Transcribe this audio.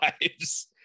lives